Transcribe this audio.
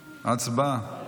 הצבעה.